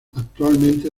actualmente